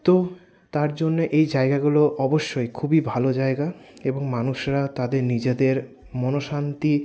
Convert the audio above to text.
তো তার জন্যে এই জায়গাগুলো অবশ্যই খুবই ভালো জায়গা এবং মানুষরা তাদের নিজেদের মন শান্তি